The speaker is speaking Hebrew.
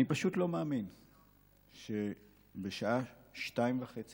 אני פשוט לא מאמין שבשעה 02:30,